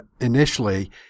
initially